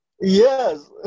Yes